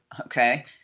okay